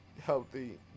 healthy